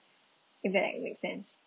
if that like make sense